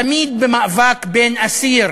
תמיד במאבק בין אסיר